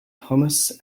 hummus